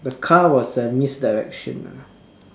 the car was a misdirection lah